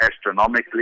astronomically